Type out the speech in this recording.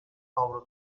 avro